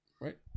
right